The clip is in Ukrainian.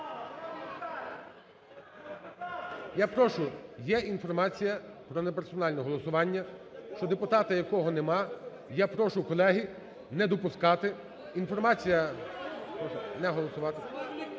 Я прошу. Є інформація про неперсональне голосування, що депутата, яка нема. Я прошу, колеги, не допускати. Інформація…